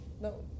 No